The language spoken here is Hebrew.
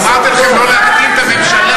אני אמרתי לכם לא להקטין את הממשלה.